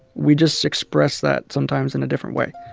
we just express that, sometimes, in a different way.